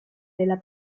della